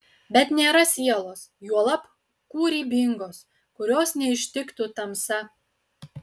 bet nėra sielos juolab kūrybingos kurios neištiktų tamsa